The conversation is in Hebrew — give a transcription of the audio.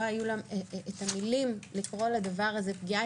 לא היו לה המילים לקרוא לדבר הזה פגיעה.